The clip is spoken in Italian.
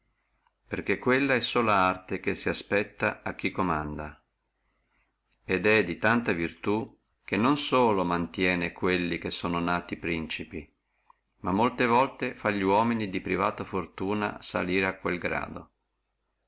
perché quella è sola arte che si espetta a chi comanda et è di tanta virtù che non solamente mantiene quelli che sono nati principi ma molte volte fa li uomini di privata fortuna salire a quel grado